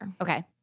Okay